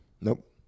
Nope